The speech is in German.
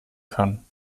kann